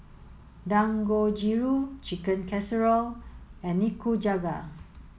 Dangojiru Chicken Casserole and Nikujaga